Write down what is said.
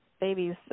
babies